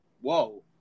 Whoa